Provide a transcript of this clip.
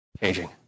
changing